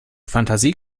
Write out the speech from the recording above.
fantasie